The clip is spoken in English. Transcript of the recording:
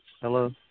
Hello